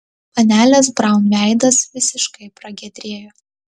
panelės braun veidas visiškai pragiedrėjo